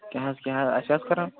کیٛاہ حظ کیٛاہ حظ أسۍ حظ کَران